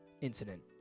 incident